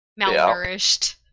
malnourished